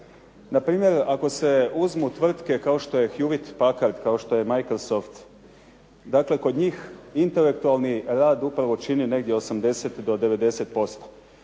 Na primjer, ako se uzmu tvrtke kao što je Hewit Packard, kao što je Microsoft, dakle kod njih intelektualni rad upravo čini negdje 80 do 90%.